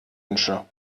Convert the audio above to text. wünsche